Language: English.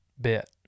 bit